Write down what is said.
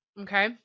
Okay